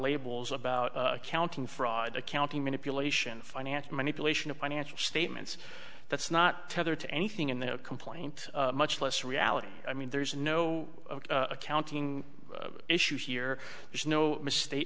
labels about accounting fraud accounting manipulation financial manipulation of financial statements that's not tethered to anything in the complaint much less reality i mean there's no accounting issue here there's no mistake